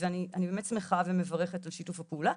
ואני באמת שמחה ומברכת על שיתוף הפעולה,